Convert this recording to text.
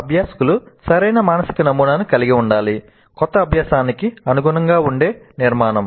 అభ్యాసకులు సరైన మానసిక నమూనాను కలిగి ఉండాలి క్రొత్త అభ్యాసానికి అనుగుణంగా ఉండే నిర్మాణం